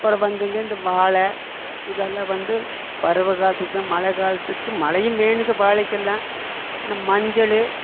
அப்புறம் வந்துங்க இந்த வாழை இதெல்லாம் வந்து பருவக்காலத்துக்குத்தான் மழைக்காலத்துக்கு மழையும் மேனுக்கு வாழைக்கெல்லாம் இந்த மஞ்சள்